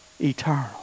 eternal